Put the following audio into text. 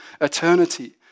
eternity